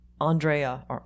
Andrea